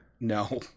No